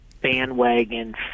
bandwagon